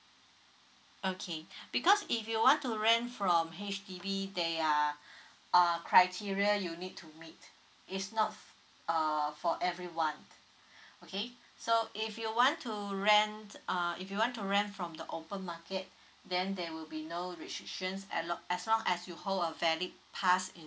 okay because if you want to rent from H_D_B there are uh criteria you need to meet it's not f~ err for everyone okay so if you want to rent uh if you want to rent from the open market then there will be no restrictions a lo~ as long as you hold a valid pass in